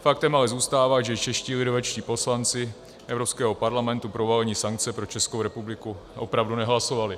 Faktem ale zůstává, že čeští lidovečtí poslanci Evropského parlamentu pro uvalení sankce na Českou republiku opravdu nehlasovali.